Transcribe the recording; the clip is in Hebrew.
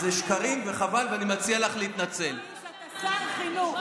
אתה שר החינוך.